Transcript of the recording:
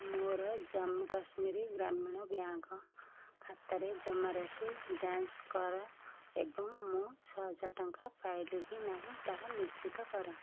ମୋର ଜାମ୍ମୁ କାଶ୍ମୀର ଗ୍ରାମୀଣ ବ୍ୟାଙ୍କ ଖାତାରେ ଜମାରାଶି ଯାଞ୍ଚ କର ଏବଂ ମୁଁ ଛଅହଜାର ଟଙ୍କା ପାଇଲି କି ନାହିଁ ତାହା ନିଶ୍ଚିତ କର